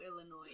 Illinois